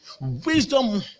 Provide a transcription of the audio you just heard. Wisdom